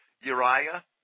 Uriah